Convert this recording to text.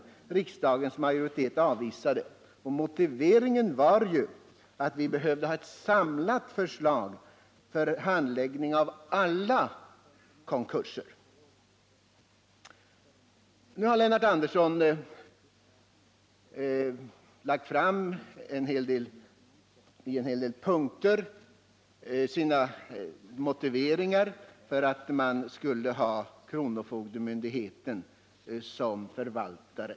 Motiveringen för avslaget var att vi behövde få ett samlat förslag, som omfattade handläggningen av alla konkurser. Lennart Andersson har i en hel del punkter lagt fram sina motiveringar för att ha kronofogdemyndigheten som förvaltare.